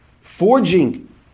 forging